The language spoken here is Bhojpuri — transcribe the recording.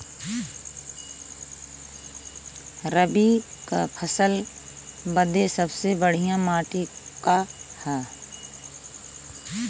रबी क फसल बदे सबसे बढ़िया माटी का ह?